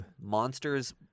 monsters